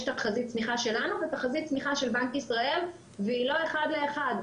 יש תחזית צמיחה שלנו ויש תחזית צמיחה של בנק ישראל והיא לא אחד לאחד.